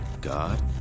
god